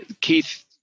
Keith